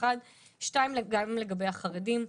גם לגבי החרדים.